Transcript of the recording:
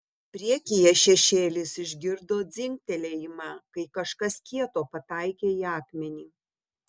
priekyje šešėlis išgirdo dzingtelėjimą kai kažkas kieto pataikė į akmenį